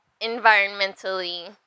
environmentally